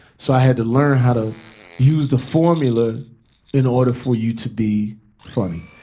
so i had to learn how to use the formula in order for you to be funny.